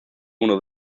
uno